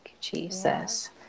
Jesus